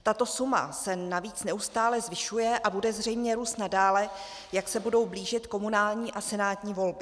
Tato suma se navíc neustále zvyšuje a bude zřejmě růst nadále, jak se budou blížit komunální a senátní volby.